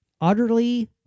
Utterly